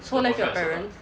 so left your parents